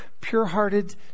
pure-hearted